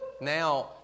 now